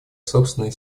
собственные